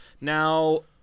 Now